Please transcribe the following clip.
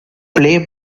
play